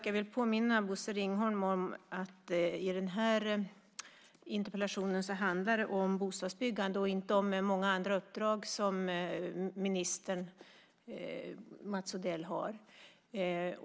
Jag vill påminna Bosse Ringholm om att den här interpellationen handlar om bostadsbyggande, inte om de många uppdrag som minister Mats Odell har.